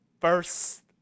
first